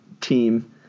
team